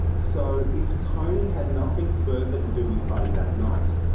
so, if tony had nothing further to do with buddy that night,